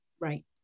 Right